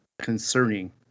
concerning